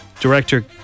Director